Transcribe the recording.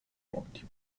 monti